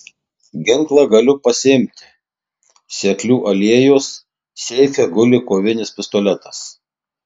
ginklą galiu pasiimti seklių alėjos seife guli kovinis pistoletas